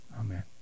Amen